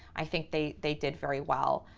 i think they they did very well.